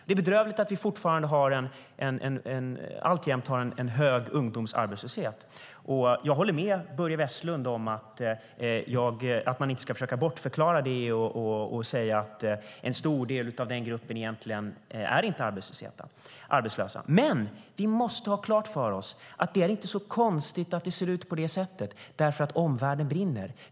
Det är bedrövligt att vi alltjämt har en hög ungdomsarbetslöshet, och jag håller med Börje Vestlund om att man inte ska försöka bortförklara det och säga att en stor del av denna grupp egentligen inte är arbetslös. Vi måste dock ha klart för oss att det inte är så konstigt att det ser ut på detta sätt. Omvärlden brinner nämligen.